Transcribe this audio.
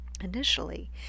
Initially